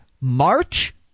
march